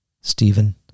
Stephen